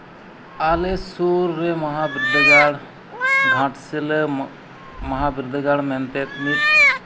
ᱟᱞᱮ ᱥᱩᱨ ᱨᱮ ᱢᱚᱦᱟ ᱵᱤᱨᱫᱟᱹᱜᱟᱲ ᱜᱷᱟᱴᱥᱤᱞᱟᱹ ᱢᱚᱦᱟ ᱵᱤᱫᱽᱫᱟᱹᱜᱟᱲ ᱢᱮᱱᱛᱮ ᱢᱤᱫ